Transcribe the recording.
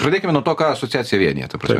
pradėkime nuo to ką asociacija vienija ta prasme